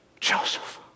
Joseph